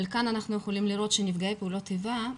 אבל כאן אנחנו יכולים לראות שנפגעי פעולות איבה,